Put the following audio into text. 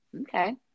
Okay